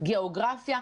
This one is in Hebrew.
גיאוגרפיה,